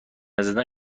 نزدن